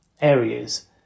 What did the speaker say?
areas